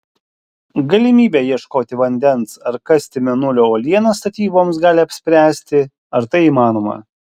galimybė ieškoti vandens ar kasti mėnulio uolienas statyboms gali apspręsti ar tai įmanoma